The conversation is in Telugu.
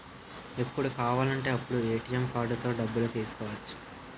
ఎప్పుడు కావాలంటే అప్పుడు ఏ.టి.ఎం కార్డుతో డబ్బులు తీసుకోవచ్చు